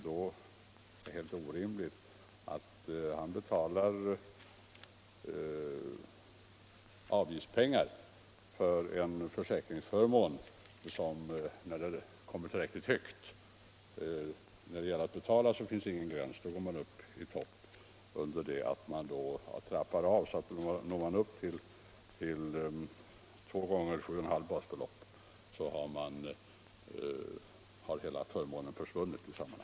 Det är då orimligt att erlägga avgift för en försäkringsförmån som försvinner när beloppet blir tillräckligt högt, medan det däremot inte finns någon gräns när det gäller att betala in avgifter — då går man ända upp i topp utan tak. Däremot trappas förmånerna av så att hela förmånen till slut har försvunnit när man har nått upp till två gånger 7,5 basbelopp.